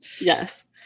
Yes